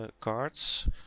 cards